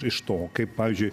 iš to kaip pavyzdžiui